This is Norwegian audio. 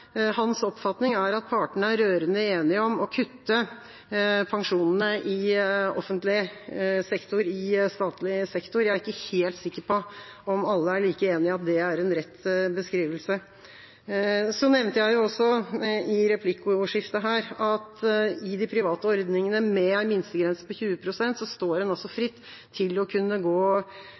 hans oppfatning er at partene er rørende enige om å kutte pensjonene i offentlig sektor, i statlig sektor. Jeg er ikke helt sikker på om alle er like enig i at det er en rett beskrivelse. Så nevnte jeg jo også i replikkordskiftet her at i de private ordningene med en minstegrense på 20 pst. står en altså fritt til å kunne gå